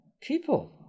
people